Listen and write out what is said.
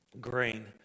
grain